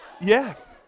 Yes